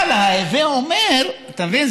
אבל "הווי אומר" אתה מבין,